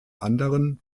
anderen